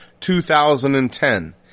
2010